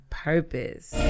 purpose